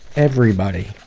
everybody,